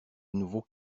nouveaux